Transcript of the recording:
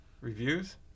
reviews